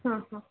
हां हां